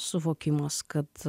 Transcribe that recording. suvokimas kad